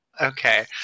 Okay